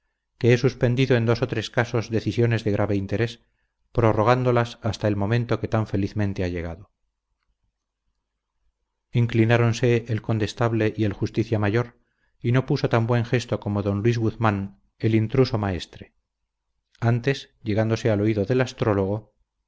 que he suspendido en dos o tres casos decisiones de grave interés prorrogándolas hasta el momento que tan felizmente ha llegado inclináronse el condestable y el justicia mayor y no puso tan buen gesto como don luis guzmán el intruso maestre antes llegándose al oído del astrólogo